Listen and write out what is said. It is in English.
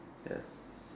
ya